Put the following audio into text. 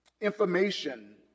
Information